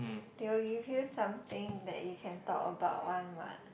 they will give you something that you can talk about one what